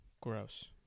Gross